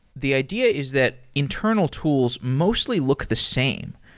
the idea is that interna l tools mostly look the same.